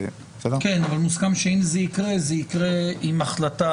כן, אבל מוסכם שאם זה יקרה, זה יקרה עם החלטה.